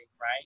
right